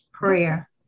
Prayer